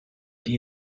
die